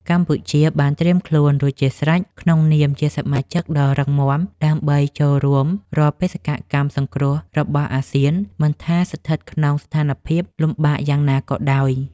កម្ពុជាបានត្រៀមខ្លួនរួចជាស្រេចក្នុងនាមជាសមាជិកដ៏រឹងមាំ ដើម្បីចូលរួមរាល់បេសកកម្មសង្គ្រោះរបស់អាស៊ាន មិនថាស្ថិតក្នុងស្ថានភាពលំបាកយ៉ាងណាក៏ដោយ។